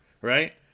right